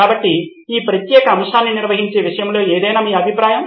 కాబట్టి ఈ ప్రత్యేక అంశాన్ని నిర్వహించే విషయంలో ఏదైనా మీ అభిప్రాయం